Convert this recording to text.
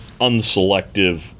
unselective